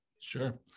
Sure